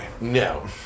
no